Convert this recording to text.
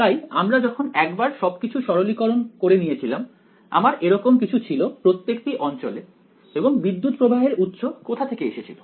তাই আমরা যখন একবার সবকিছু সরলীকরণ করে নিয়েছিলাম আমার এরকম কিছু ছিল প্রত্যেকটি অঞ্চলে এবং বিদ্যুত্ প্রবাহের উৎস কোথা থেকে এসেছিল